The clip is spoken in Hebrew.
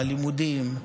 בלימודים,